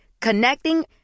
Connecting